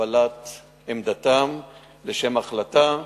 לקבלת עמדתה לשם החלטה.